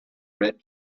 read